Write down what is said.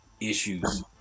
issues